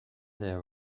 there